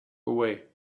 away